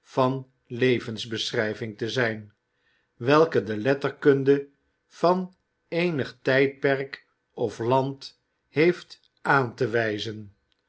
van levensbeschrijving te zijn welke de letterkunde van eenig tijdperk of land heeft aan te wijzen